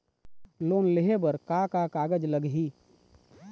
Loan लेहे बर का का कागज लगही?